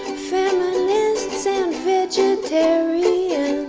feminists and vegetarians